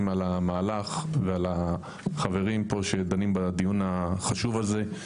על המהלך ועל החברים פה שדנים בדיון החשוב הזה,